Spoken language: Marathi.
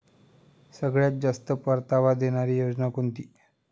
सगळ्यात जास्त परतावा देणारी योजना कोणती?